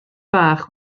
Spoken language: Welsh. bach